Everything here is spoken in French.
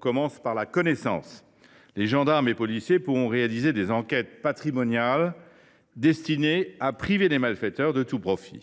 pour mieux les saisir. Les gendarmes et les policiers pourront réaliser des enquêtes patrimoniales destinées à priver les malfaiteurs de tout profit.